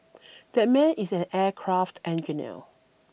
that man is an aircraft engineer